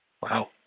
wow